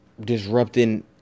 disrupting